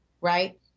Right